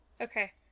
Okay